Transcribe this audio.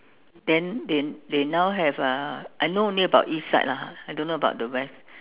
then they they now have uh I know only about East side lah I don't know about the West